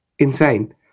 insane